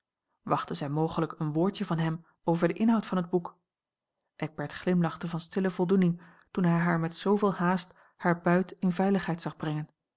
wachtte zij mogelijk een woordje van hem over den inhoud van het boek eckbert glimlachte van stille voldoening toen hij haar met zooveel haast haar buit in veiligheid zag brengen